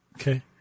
Okay